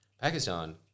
Pakistan